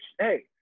Hey